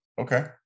Okay